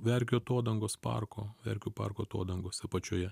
verkių atodangos parko verkių parko atodangos apačioje